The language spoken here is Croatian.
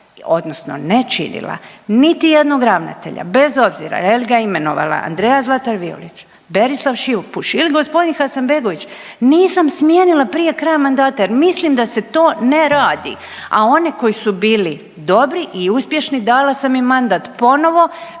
odnosno ne činili, niti jednog ravnatelja bez obzira je li ga imenovala Andreja Zlatar Violić, Berislav Šipuš ili g. Hasanbegović, nisam smijenila prije kraja mandata jer mislim da se to ne radi, a one koji su bili dobri i uspješni, dala sam im mandat ponovo